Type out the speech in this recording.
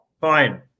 Fine